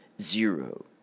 zero